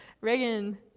Reagan